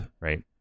right